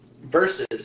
versus